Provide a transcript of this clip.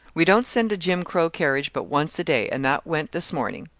we don't send a jim crow carriage but once a day, and that went this morning.